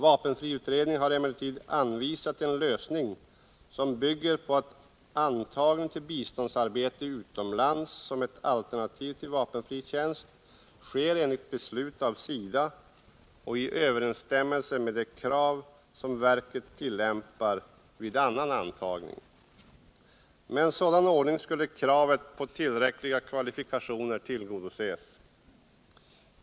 Vapenfriutredningen har emellertid anvisat en lösning som bygger på att antagning till biståndsarbete utomlands som ett alternativ till vapenfri tjänst sker enligt beslut av SIDA och i överensstämmelse med de krav som verket tillämpar vid annan antagning. Med en sådan ordning skulle kravet på tillräckliga kvalifikationer tillgodoses.